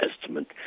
Testament